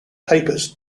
papers